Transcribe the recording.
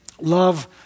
Love